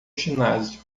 ginásio